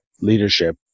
leadership